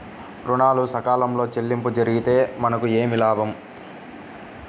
ఋణాలు సకాలంలో చెల్లింపు జరిగితే మనకు ఏమి లాభం?